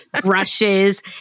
brushes